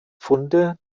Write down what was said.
funde